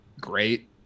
great